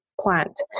plant